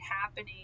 happening